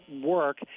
work